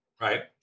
right